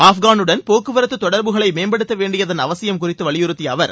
ஆப்கானுடன் போக்குவரத்து தொடர்புகளை மேம்படுத்த வேண்டியதன் அவசியம் குறித்து வலியுறுத்திய அவர்